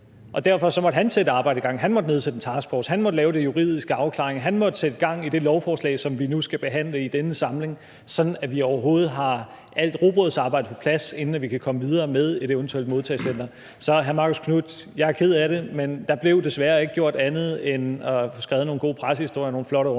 Derfor måtte han sætte arbejdet i gang. Han måtte nedsætte en taskforce, han måtte lave den juridiske afklaring, han måtte sætte gang i det lovforslag, som vi nu skal behandle i denne samling, sådan at vi overhovedet har alt rugbrødsarbejdet på plads, inden vi kan komme videre med et eventuelt modtagecenter. Så, hr. Marcus Knuth, jeg er ked af det, men der blev desværre ikke gjort andet end at få skrevet nogle gode pressehistorier og nogle flotte